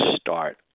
start